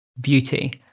beauty